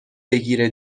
بگیره